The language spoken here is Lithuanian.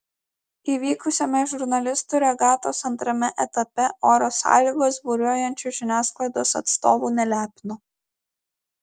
įvykusiame žurnalistų regatos antrame etape oro sąlygos buriuojančių žiniasklaidos atstovų nelepino